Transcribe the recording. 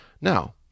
now